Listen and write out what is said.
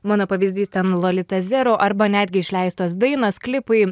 mano pavyzdys ten lolita zero arba netgi išleistos dainos klipai